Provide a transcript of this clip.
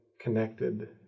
connected